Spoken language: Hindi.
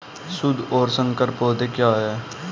शुद्ध और संकर पौधे क्या हैं?